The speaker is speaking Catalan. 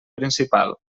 principal